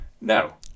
No